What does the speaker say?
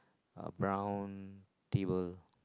a brown table